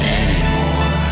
anymore